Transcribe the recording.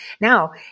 Now